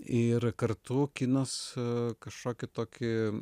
ir kartu kinas kažkokį tokį